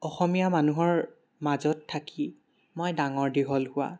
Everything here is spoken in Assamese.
অসমীয়া মানুহৰ মাজত থাকি মই ডাঙৰ দীঘল হোৱা